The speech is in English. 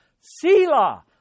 Selah